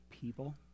people